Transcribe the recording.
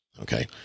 okay